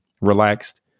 relaxed